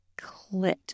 clit